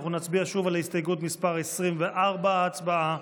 אנחנו נצביע שוב על הסתייגות מס' 24. הצבעה.